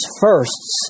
firsts